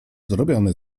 zrobione